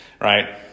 right